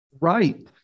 Right